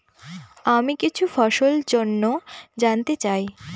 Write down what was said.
আমি কিছু ফসল জন্য জানতে চাই